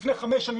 לפני חמש שנים,